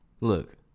Look